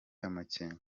amakenga